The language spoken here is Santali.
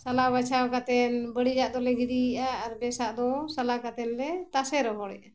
ᱥᱟᱞᱟᱣ ᱵᱟᱪᱷᱟᱣ ᱠᱟᱛᱮᱫ ᱵᱟᱹᱲᱤᱡᱟᱜ ᱫᱚᱞᱮ ᱜᱤᱰᱤᱭᱮᱜᱼᱟ ᱟᱨ ᱵᱮᱥᱟᱜ ᱫᱚ ᱥᱟᱞᱟ ᱠᱟᱛᱮᱫ ᱞᱮ ᱛᱟᱥᱮ ᱨᱚᱦᱚᱲᱮᱜᱼᱟ